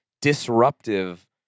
disruptive